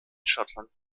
schottland